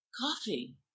Coffee